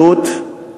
ההתנהלות